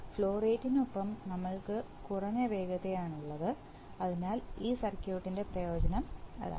flow റേറ്റിനൊപ്പം നമ്മൾക്ക് കുറഞ്ഞ വേഗതയാണ് ഉള്ളത് അതിനാൽ ഈ സർക്യൂട്ടിന്റെ പ്രയോജനം അതാണ്